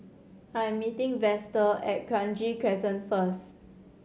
I'm meeting Vester at Kranji Crescent first